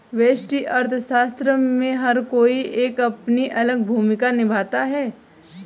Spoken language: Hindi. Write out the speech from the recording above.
व्यष्टि अर्थशास्त्र में हर कोई एक अपनी अलग भूमिका निभाता है